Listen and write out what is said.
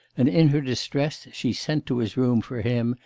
and in her distress she sent to his room for him,